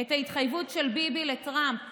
את ההתחייבות של ביבי לטראמפ